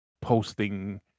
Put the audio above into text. posting